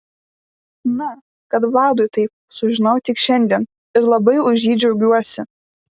na kad vladui taip sužinojau tik šiandien ir labai už jį džiaugiuosi